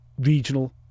regional